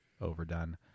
overdone